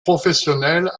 professionnels